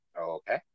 Okay